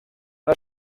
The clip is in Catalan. una